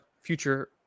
future